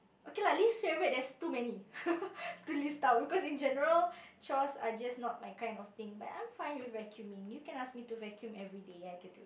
okay lah least favourite there's too many to list out cause in general chores are just not my kind of thing but I'm fine with vacuuming you can ask me to vacuum everyday I could